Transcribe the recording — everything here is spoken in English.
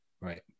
Right